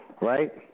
right